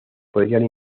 podrían